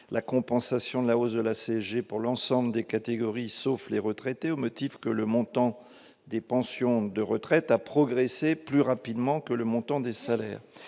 la compensation de la hausse de la CSG pour l'ensemble des catégories, sauf pour les retraités, au motif que le montant des pensions de retraite a progressé plus rapidement que celui des salaires.